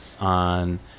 on